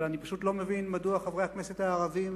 אבל אני פשוט לא מבין מדוע חברי הכנסת הערבים